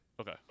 Okay